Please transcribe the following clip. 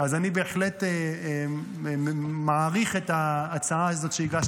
אז אני בהחלט מעריך את ההצעה לסדר-היום הזאת שהגשתם.